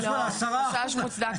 החשש מוצדק מאוד.